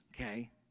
okay